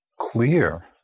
clear